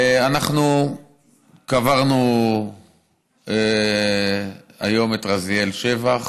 אנחנו קברנו היום את רזיאל שבח,